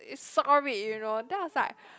it saw me you know then I was like